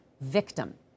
victim